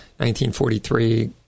1943